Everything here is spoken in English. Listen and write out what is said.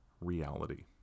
reality